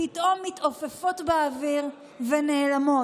פתאום מתעופפות באוויר ונעלמות.